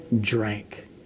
drank